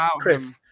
Chris